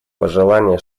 пожелание